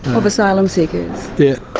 of asylum seekers? yes,